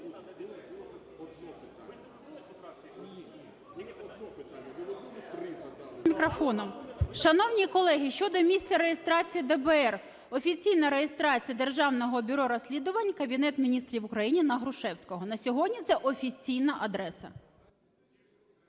І.В. Шановні колеги, щодо місця реєстрації ДБР. Офіційна реєстрація Державного бюро розслідувань – Кабінет Міністрів України на Грушевського. На сьогодні це офіційна адреса.